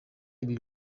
ibi